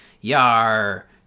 yar